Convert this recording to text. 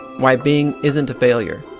why bing isn't a failure.